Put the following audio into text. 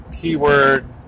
keyword